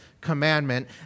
commandment